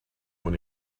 when